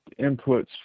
inputs